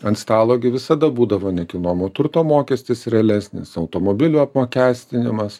ant stalo gi visada būdavo nekilnojamo turto mokestis realesnis automobilių apmokestinimas